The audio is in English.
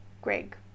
Greg